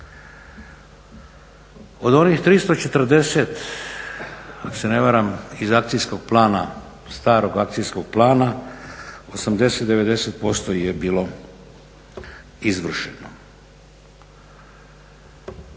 Od onih 340 ako se ne varam iz akcijskog plana, starog akcijskog plana 80, 90% ih je bilo izvršeno.